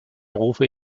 rufe